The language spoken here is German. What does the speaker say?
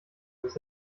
bis